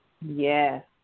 Yes